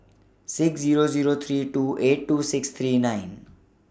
six Zero Zero three two eight two six three nine